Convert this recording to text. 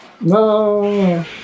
No